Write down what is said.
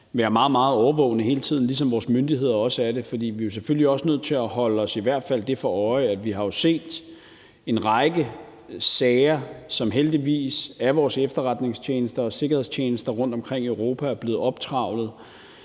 være meget, meget årvågne, ligesom vores myndigheder også er det. For vi er selvfølgelig også nødt til at holde os i hvert fald det for øje, at vi har set en række sager, som heldigvis af vores efterretningstjenester og sikkerhedstjenester rundtomkring i Europa er blevet optrævlet